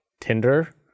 Tinder